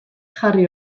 jarri